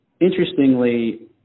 interestingly